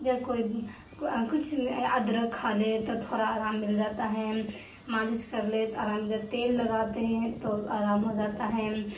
یا کوئی کچھ ادرک کھالیں تو تھوڑا آرام مل جاتا ہے مالش کر لے تو آرام جاتا ہے تیل لگاتے ہیں تو آرام ہو جاتا ہے